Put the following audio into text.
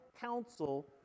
counsel